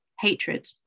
hatred